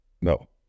No